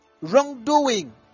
Wrongdoing